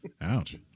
ouch